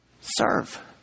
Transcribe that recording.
serve